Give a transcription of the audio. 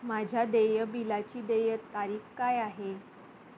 माझ्या देय बिलाची देय तारीख काय आहे?